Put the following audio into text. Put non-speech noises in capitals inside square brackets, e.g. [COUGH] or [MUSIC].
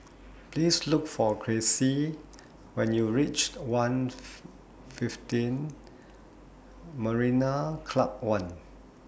Please Look For Cressie when YOU REACH one' [UNINTELLIGIBLE] fifteen Marina Club one